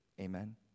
Amen